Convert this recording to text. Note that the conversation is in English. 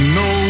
no